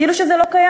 כאילו זה לא קיים?